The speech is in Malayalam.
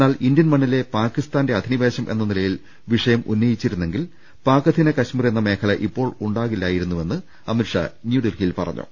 എന്നാൽ ഇന്ത്യൻ മണ്ണിലെ പാകിസ്ഥാന്റെ അധിനിവേശം എന്ന നിലയിൽ വിഷയം ഉന്നയിച്ചി രുന്നെങ്കിൽപാക് അധീന കശ്മീർ എന്ന മേഖല ഇപ്പോൾ ഉണ്ടാകില്ലായിരു ന്നുവെന്ന് അമിത്ഷാ ന്യൂഡൽഹിയിൽ പറഞ്ഞു